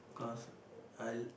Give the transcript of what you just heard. because I'll